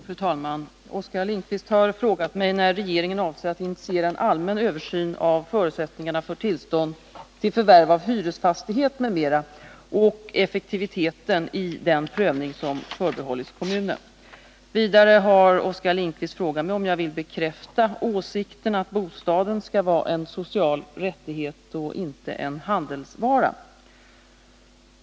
Fru talman! Oskar Lindkvist har frågat mig när regeringen avser att initiera en allmän översyn av förutsättningarna för tillstånd till förvärv av hyresfastighet m.m. och effektiviteten i den prövning som förbehållits kommunen. Vidare har Oskar Lindkvist frågat om jag vill bekräfta åsikten att bostaden skall vara en social rättighet och inte en handelsvara.